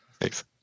Thanks